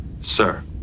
Sir